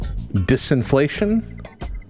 Disinflation